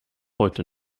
heute